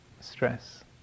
stress